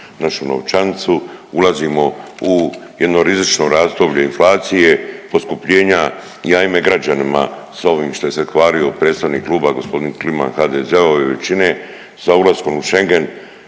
našu novčanicu ulazimo u jedno rizično razdoblje inflacije, poskupljenja i ajme građanima s ovim što je se hvalio predstavnik klub g. Kliman HDZ-ove većine sa ulaskom u Schengen.